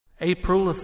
April